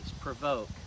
provoke